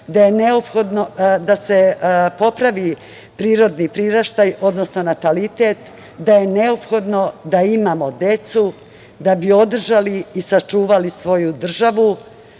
da je neophodno da se popravi prirodni priraštaj, odnosno natalitet, da je neophodno da imamo decu da bi održali i sačuvali svoju državu